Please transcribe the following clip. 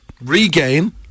Regain